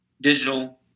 digital